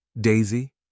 Daisy